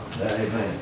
Amen